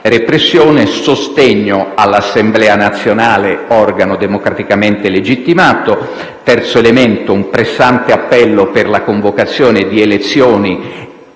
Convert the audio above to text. repressione e il sostegno all'Assemblea nazionale, organo democraticamente legittimato. Come terzo elemento, vi è un pressante appello per la convocazione di elezioni,